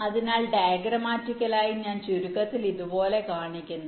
അതിനാൽ ഡയഗ്രമാറ്റിക്കലായി ഞാൻ ചുരുക്കത്തിൽ ഇതുപോലെ കാണിക്കുന്നു